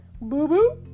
Boo-boo